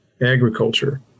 agriculture